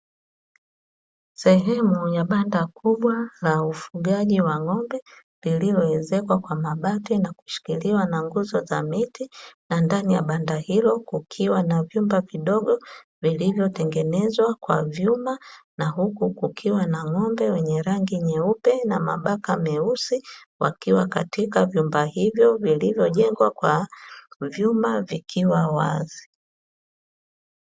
Sehemu ya banda kubwa la ufugaji wa ng'ombe lililoezekwa kwa mabati na kushikiliwa na nguzo za miti, na ndani ya banda hilo kukiwa na vyumba vidogo vilivyotengenezwa kwa vyuma na huku kukiwa na ng'ombe wenye rangi nyeupe na mabaka meusi wakiwa katika vyumba hivyo vilivyojengwa kwa vyuma vikiwa wazi.